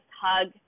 hug